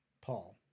Paul